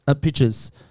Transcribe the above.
Pictures